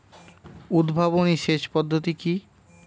উদ্ভাবনী সেচ পদ্ধতি কি?